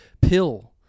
pill